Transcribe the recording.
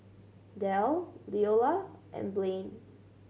Del Leola and Blain